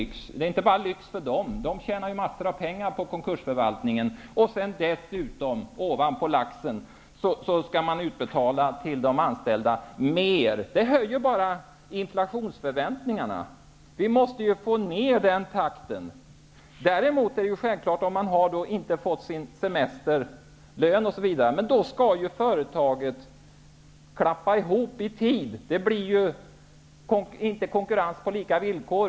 Det handlar inte bara om lyx bara för dem som tjänar en massa pengar på konkursförvaltningen, utan det handlar också om att man, som lök på laxen, skall betala ut ännu mer till de anställda. Härigenom ökar inflationsförväntningarna. I stället måste vi sträva efter att takten minskas i det avseendet. Annat gäller om en person inte har fått ut t.ex. sin semesterlön. Det gäller att företaget i tid klappar igen, för det blir inte konkurrens på lika villkor.